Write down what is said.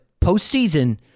postseason